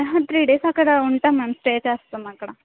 three days అక్కడ ఉంటాము ma'am stay చేస్తాము అక్కడ